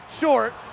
short